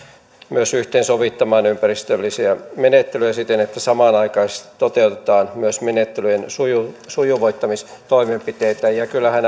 myös yhteensovittamaan ympäristöllisiä menettelyjä siten että samanaikaisesti toteutetaan myös menettelyjen sujuvoittamistoimenpiteitä kyllähän